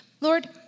Lord